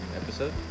episode